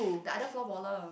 the other four baller